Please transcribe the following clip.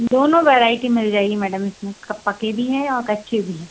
दोनों वैरायटी मिल जाएगी मैडम इसमें पके भी हैं और कच्चे भी हैं